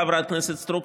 חברת הכנסת סטרוק,